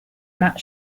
not